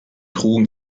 trugen